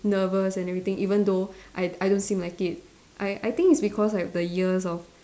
nervous and everything even though I I don't seem like it I I think it's because I have the years of